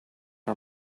her